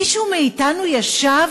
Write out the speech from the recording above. אבל מישהו מאתנו ישב